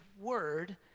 Word